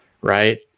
right